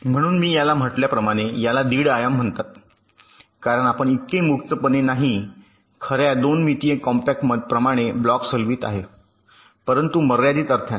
म्हणून मी याला म्हटल्याप्रमाणे याला दीड आयाम म्हणतात कारण आपण इतके मुक्तपणे नाही खर्या 2 मितीय कॉम्पॅक्ट्स प्रमाणे ब्लॉक्स हलवित आहे परंतु मर्यादित अर्थाने